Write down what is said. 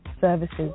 services